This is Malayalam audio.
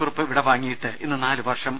കുറുപ്പ് വിടവാങ്ങിയിട്ട് ഇന്ന് നാല് വർഷം